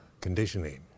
conditioning